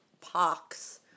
pox